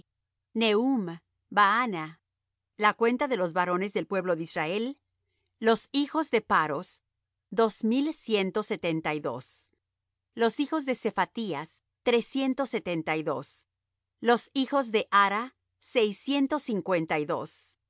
bigvai nehum baana la cuenta de los varones del pueblo de israel los hijos de paros dos mil ciento setenta y dos los hijos de sephatías trescientos setenta y dos los hijos de ara seiscientos cincuenta y dos